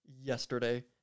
yesterday